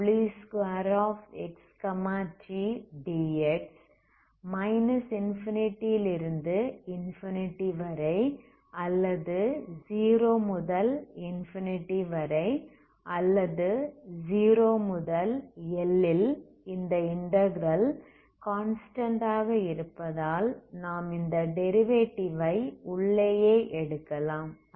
dEdt12ddtw2xt⏟dxBமைனஸ் infinity ல் இருந்து infinity வரை அல்லது 0 முதல் இன்ஃபினிட்டி வரை அல்லது 0 முதல் L ல் இந்த இன்டகிரல் கான்ஸ்டன்ட் ஆக இருப்பதால் நாம் இந்த டெரிவேடிவ் ஐ உள்ளேயே எடுக்கலாம்